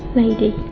lady